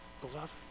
Beloved